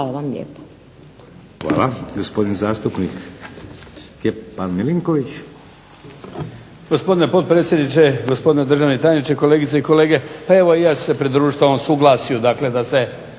Hvala vam lijepa.